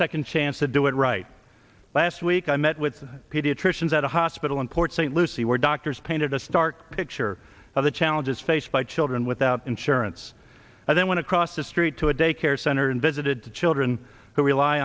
second chance to do it right last week i met with pediatricians at a hospital in port st lucie where doctors painted a stark picture of the challenges faced by children without insurance and then went across the street to a daycare center and visited the children who rely